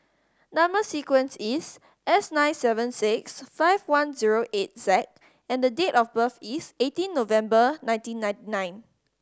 number sequence is S nine seven six five one zero eight Z and date of birth is eighteen November nineteen ninety nine